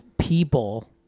people